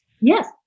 yes